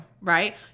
right